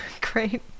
Great